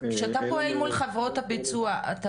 כשאתה פועל מול חברות הביצוע, אתה